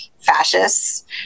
fascists